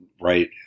right